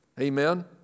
Amen